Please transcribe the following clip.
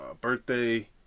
birthday